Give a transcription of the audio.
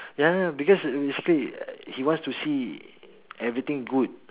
ya ya because basically he wants to see everything good